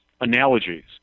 analogies